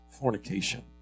fornication